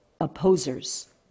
opposers